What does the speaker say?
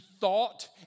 thought